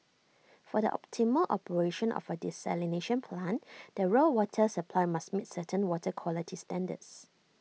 for the optimal operation of A desalination plant the raw water supply must meet certain water quality standards